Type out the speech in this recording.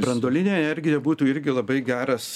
branduolinė energija būtų irgi labai geras